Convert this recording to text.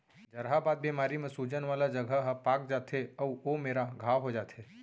जहरबाद बेमारी म सूजन वाला जघा ह पाक जाथे अउ ओ मेरा घांव हो जाथे